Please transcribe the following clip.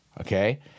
Okay